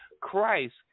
christ